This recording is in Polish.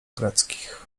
greckich